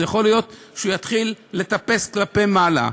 יכול להיות שהוא יתחיל לטפס כלפי מעלה.